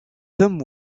tom